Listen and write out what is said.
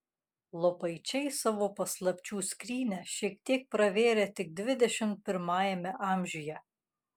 lopaičiai savo paslapčių skrynią šiek tiek pravėrė tik dvidešimt pirmajame amžiuje